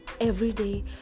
everyday